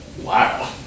Wow